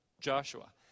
Joshua